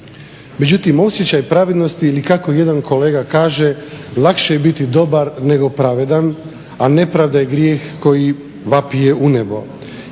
međutim osjećaj pravednosti ili kako jedan kolega kaže, lakše je biti dobar nego pravedan, a nepravda je grijeh koji vapije u nebo.